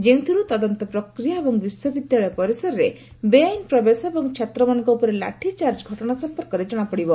ଯେଉଁଥିରୁ ତଦନ୍ତ ପ୍ରକ୍ରିୟା ଏବଂ ବିଶ୍ୱବିଦ୍ୟାଳୟ ପରିସରରେ ବେଆଇନ୍ ପ୍ରବେଶ ଏବଂ ଛାତ୍ରମାନଙ୍କ ଉପରେ ଲାଠି ଚାର୍ଜ ଘଟଣା ସମ୍ପର୍କରେ ଜଣାପଡ଼ିବ